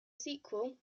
sequel